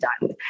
done